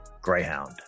Greyhound